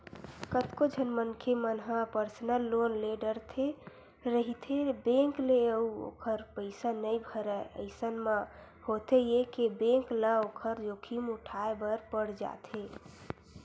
कतको झन मनखे मन ह पर्सनल लोन ले डरथे रहिथे बेंक ले अउ ओखर पइसा नइ भरय अइसन म होथे ये के बेंक ल ओखर जोखिम उठाय बर पड़ जाथे